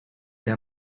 der